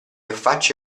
affacci